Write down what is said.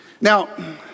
Now